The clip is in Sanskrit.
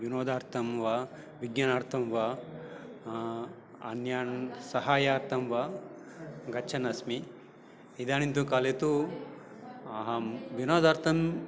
विनोदार्थं वा विज्ञानार्थं वा अन्यान् सहायार्थं वा गच्छन् अस्मि इदानीं तु काले तु अहम् विनोदार्थं